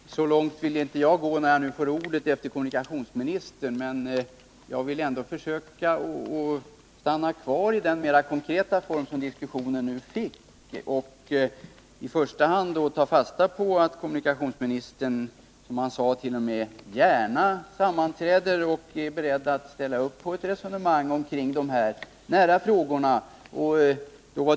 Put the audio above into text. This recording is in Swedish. Herr talman! Så långt vill inte jag gå, när jag nu får ordet efter kommunikationsministern. Men jag vill ändå försöka stanna kvar i den mer konkreta form diskussionen nu fick. Jag vill i första hand ta fasta på att kommunikationsministern, som han sade, gärna sammanträder och att han är beredd att ställa upp på ett resonemang kring dessa frågor.